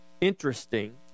interesting